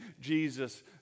Jesus